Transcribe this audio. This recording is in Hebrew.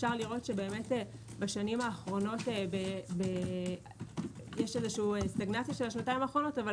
בשנים האחרונות יש סטגנציה של השנתיים האחרונות אבל